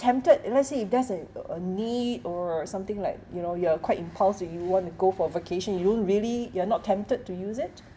tempted you know let's say if there's a a a need or something like you know you are quite impulse that you want to go for a vacation you don't really you're not tempted to use it